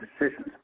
decisions